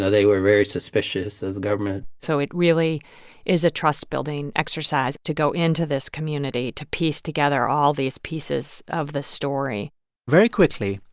they were very suspicious of the government so it really is a trust-building exercise to go into this community to piece together all these pieces of the story very quickly,